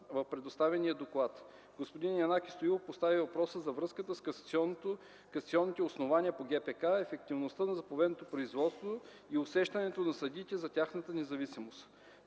в представения доклад. Господин Янаки Стоилов постави въпроси във връзка с касационните основания по ГПК, ефективността на заповедното производство и усещането на съдиите за тяхната независимост.